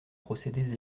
procédés